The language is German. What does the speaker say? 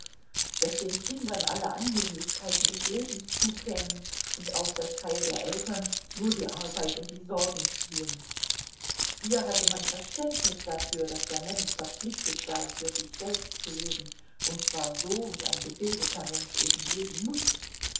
daß den kindern alle annehmlichkeiten des lebens zukämen und auf das teil der eltern nur die arbeit und die sorgen fielen hier hatte man verständnis dafür daß der mensch verpflichtet sei für sich selbst zu leben und zwar so wie ein gebildeter mensch eben leben muß